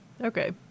Okay